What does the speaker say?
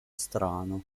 strano